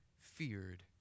feared